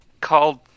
called